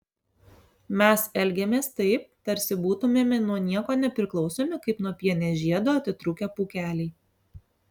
mes elgiamės taip tarsi būtumėme nuo nieko nepriklausomi kaip nuo pienės žiedo atitrūkę pūkeliai